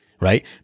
right